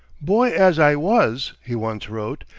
boy as i was, he once wrote,